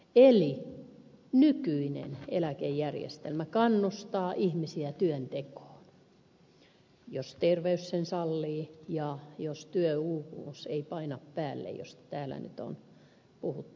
eli nykyinen eläkejärjestelmä kannustaa ihmisiä työntekoon jos terveys sen sallii ja jos työuupumus ei paina päälle mistä täällä nyt on puhuttu myös paljon